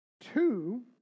two